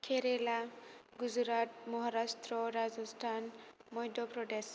खेरेला Gujarat Maharashtra' Rajasthan Madhya Pradesh